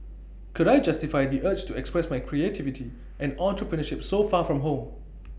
could I justify the urge to express my creativity and entrepreneurship so far from home